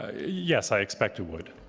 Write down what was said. ah yes, i expect it would.